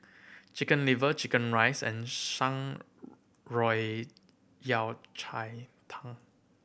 Chicken Liver chicken rice and Shan Rui Yao Cai Tang